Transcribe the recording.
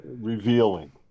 revealing